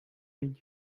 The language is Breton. int